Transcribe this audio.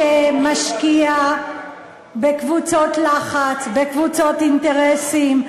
תקציב שמשקיע בקבוצות לחץ, בקבוצות אינטרסים.